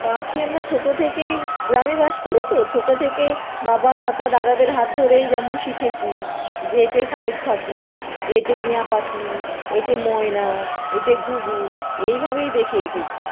পাখি আমরা ছোট থেকেই গ্রামে বাস করি তো ছোট থেকেই বাবা কাকা দাদাদের হাত ধরেই যেমন শিখেছি যে এটাই শালিক পাখি এইটা টিয়া পাখি এটা ময়না এটা ঘুঘু এইভাবেই দেখে এসেছি